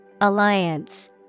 Alliance